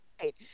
right